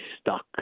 stuck